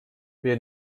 wir